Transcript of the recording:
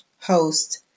host